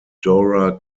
dora